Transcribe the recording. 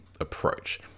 approach